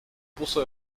puso